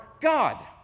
god